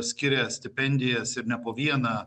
skiria stipendijas ir ne po vieną